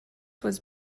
was